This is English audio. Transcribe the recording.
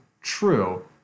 true